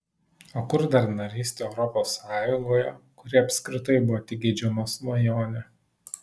o kur dar narystė europos sąjungoje kuri apskritai buvo tik geidžiama svajonė